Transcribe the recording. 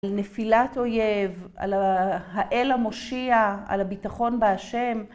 על נפילת אויב, על האל המושיע, על הביטחון בהשם.